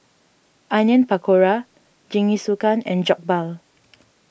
Onion Pakora Jingisukan and Jokbal